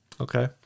okay